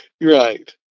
Right